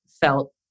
felt